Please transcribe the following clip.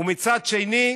ומצד שני,